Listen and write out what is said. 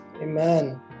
Amen